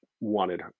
wanted